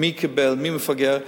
מי קיבל, מי מפגר.